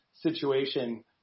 situation